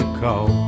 call